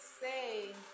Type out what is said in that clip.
say